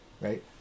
right